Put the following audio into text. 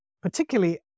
particularly